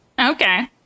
Okay